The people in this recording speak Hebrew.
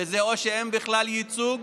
שזה או שאין בכלל ייצוג